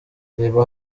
reba